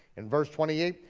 in verse twenty eight,